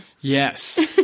Yes